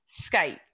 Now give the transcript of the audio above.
skype